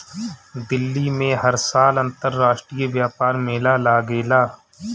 दिल्ली में हर साल अंतरराष्ट्रीय व्यापार मेला लागेला